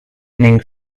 ning